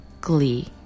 glee